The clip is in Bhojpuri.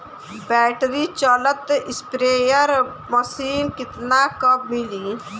बैटरी चलत स्प्रेयर मशीन कितना क मिली?